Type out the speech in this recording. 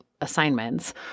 assignments